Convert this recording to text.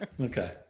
Okay